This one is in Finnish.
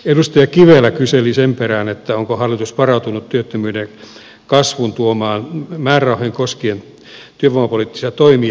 edustaja kivelä kyseli sen perään onko hallitus varautunut työttömyyden kasvun tuomaan määrärahojen tarpeeseen koskien työvoimapoliittisia toimia